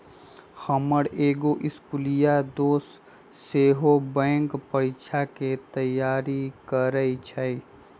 हमर एगो इस्कुलिया दोस सेहो बैंकेँ परीकछाके तैयारी करइ छइ